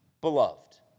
beloved